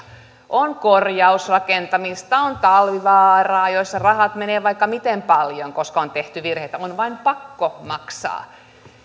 on korjausrakentamista on talvivaaraa jossa rahaa menee vaikka miten paljon koska on tehty virheitä on vain pakko maksaa